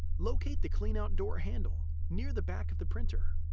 locate the cleanout door handle near the back of the printer.